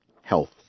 health